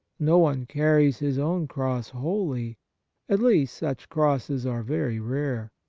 no one carries his own cross wholly at least, such crosses are very rare.